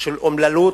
של אומללות,